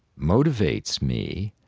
motivates me.